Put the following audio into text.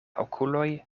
okuloj